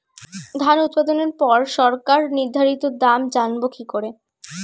ধান উৎপাদনে পর সরকার নির্ধারিত দাম জানবো কি করে?